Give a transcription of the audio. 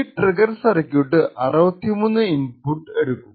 ഈ trigger circuit 63 input എടുക്കും